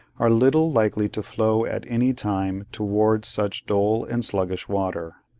are little likely to flow at any time towards such dull and sluggish water.